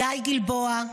גיא גלבוע,